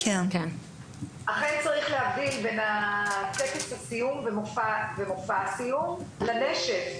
אכן צריך להבדיל בין טקס הסיום ומופע הסיום לנשף,